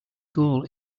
goal